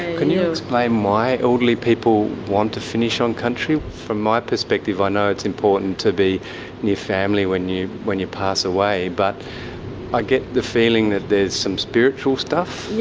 can you explain why elderly people want to finish on country? from my perspective i know it's important to be near family when you when you pass away, but i get the feeling that there is some spiritual stuff,